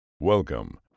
Welcome